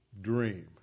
dream